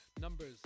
numbers